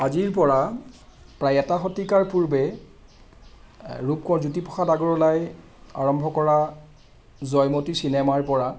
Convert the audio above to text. আজিৰ পৰা প্ৰায় এটা শতিকাৰ পূৰ্বে ৰুপকোঁৱৰ জ্যোতি প্ৰসাদ আগৰৱালাই আৰম্ভ কৰা জয়মতী চিনেমাৰ পৰা